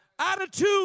attitude